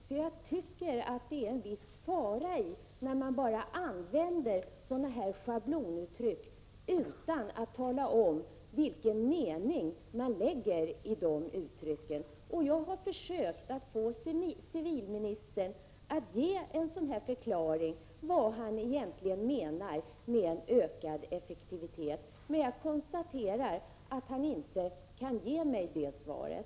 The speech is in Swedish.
Det ligger en viss fara i att använda schablonuttryck utan att tala om vilken mening man lägger i de uttrycken. Jag har försökt att få civilministern att förklara vad han egentligen menar med ökad effektivitet, men jag konstaterar att han inte kan ge mig det svaret.